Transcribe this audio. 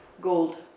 gold